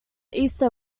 easter